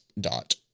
dot